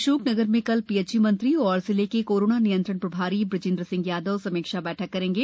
अशोकनगर में कल पीएचई मंत्री और जिले के कोरोना नियंत्रण प्रभारी मंत्री ब्रजेंद्र सिंह यादव समीक्षा बैठक करेंगे